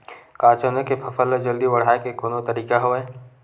का चना के फसल ल जल्दी बढ़ाये के कोनो तरीका हवय?